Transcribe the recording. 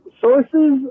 sources